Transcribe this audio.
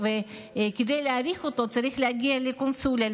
וכדי להאריך אותה צריך להגיע לקונסוליה,